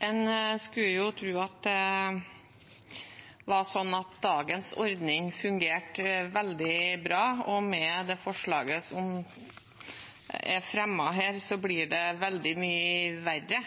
En skulle jo tro at det var sånn at dagens ordning fungerte veldig bra, og med det forslaget som er fremmet her, blir det veldig mye verre.